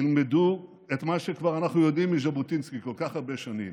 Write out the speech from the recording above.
תלמדו את מה שכבר אנחנו יודעים מז'בוטינסקי כל כך הרבה שנים,